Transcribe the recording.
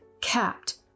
capped